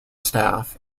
staff